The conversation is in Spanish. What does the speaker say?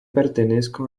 pertenezco